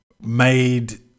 made